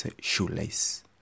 shoelace